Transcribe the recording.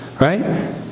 right